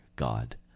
God